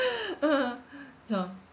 so